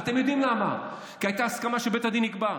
אתם יודעים למה, כי הייתה הסכמה שבית הדין יקבע,